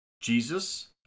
Jesus